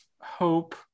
hope